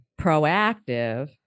proactive